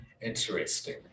Interesting